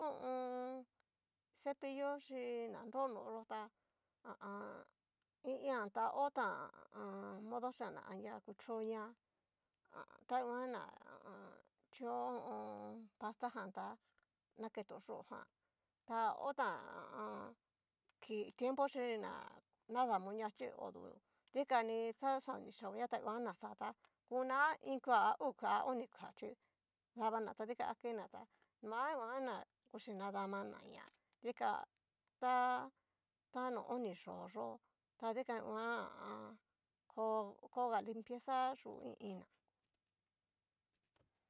Hu u un. cepillo xhi na nro no'o yo tá ha a an. i iin ta ho tán ha. modo xhia ña anria kuchoña ta nguan ná ha a an. kio ho o on. pasta jan ta naketo yú'o jan ta ho tan ha a an, kii tiempo xhi na nadamo ña chi odu dikani xa xa niyeoña ta guan na xá tá kuna iin kua a uu kua a oni kua chí, dabana ta dikan akena tá noa nguan ná kuchi nadamanaña dika ta no oni yó, yó tadikan nguan ha. ko koga limpieza yú i iin ná.